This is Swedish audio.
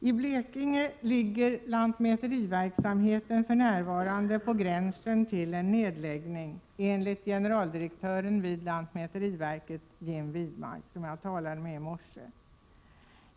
I Blekinge ligger lantmäteriverksamheten för närvarande på gränsen till en nedläggning, enligt generaldirektören vid lantmäteriverket, Jim Widmark, som jag talade med i morse.